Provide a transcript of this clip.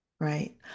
right